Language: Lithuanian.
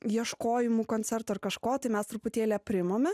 ieškojimų koncertų ar kažko tai mes truputėlį aprimome